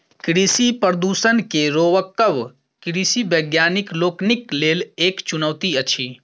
कृषि प्रदूषण के रोकब कृषि वैज्ञानिक लोकनिक लेल एक चुनौती अछि